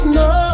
no